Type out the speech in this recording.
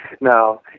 No